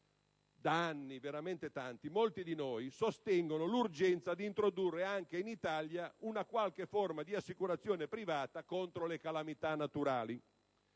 Da tanti anni, molti di noi sostengono l'urgenza di introdurre anche in Italia una qualche forma di assicurazione privata contro le calamità naturali.